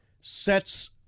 sets